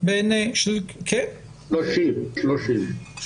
30 אחוזים.